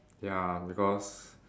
ya because